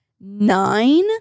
nine